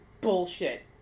bullshit